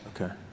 Okay